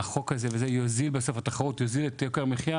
שהחוק הזה יוזיל את יוקר המחיה.